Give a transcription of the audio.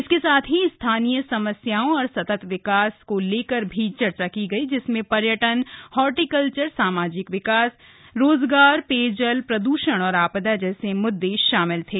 इसके साथ ही स्थानीय समस्याओं और सतत विकास को लेकर भी चर्चा की गयी जिसमें पर्यटन हॉर्टिकल्चर सामाजिक विकास रोजगार पेयजल प्रदूषण और आपदा जैसे मुद्दे शामिल थे